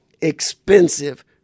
expensive